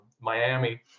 Miami